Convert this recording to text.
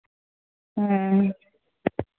ᱦᱮᱸ